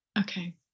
Okay